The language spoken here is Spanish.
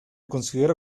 considera